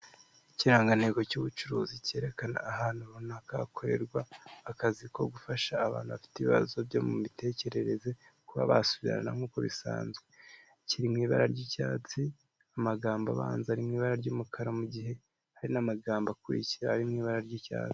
Ikirangantego cy'ubucuruzi cyerekana ahantu runaka hakorerwa akazi ko gufasha abantu bafite ibibazo byo mu mitekerereze kuba basubirana nk'uko bisanzwe. Kiri mu ibara ry'icyatsi, amagambo abanza ari mu ibara ry'umukara, mu gihe hari n'amagambo akurikira ari mu ibara ry'icyatsi.